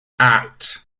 act